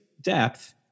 depth